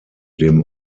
dem